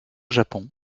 japon